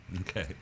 okay